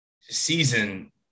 season